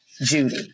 Judy